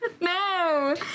No